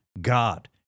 God